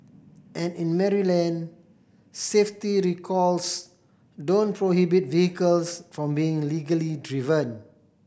and in Maryland safety recalls don't prohibit vehicles from being legally driven